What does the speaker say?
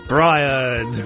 Brian